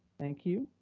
thank you.